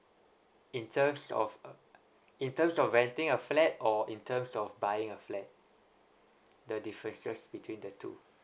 in terms of uh in terms of renting a flat or in terms of buying a flat the differences between the two